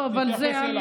לא, זה על,